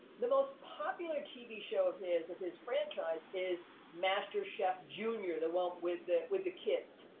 the most popular tv show of his, of his franchise, is master chef junior, the one with the with the kids,